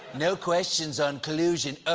no questions on collusion. oh,